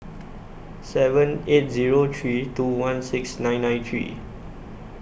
seven eight three two one six nine nine three